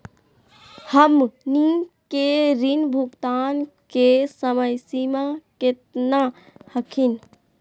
हमनी के ऋण भुगतान के समय सीमा केतना हखिन?